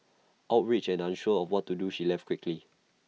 outraged and unsure of what to do she left quickly